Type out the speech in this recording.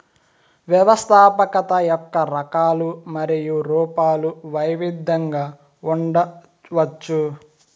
వ్యవస్థాపకత యొక్క రకాలు మరియు రూపాలు వైవిధ్యంగా ఉండవచ్చు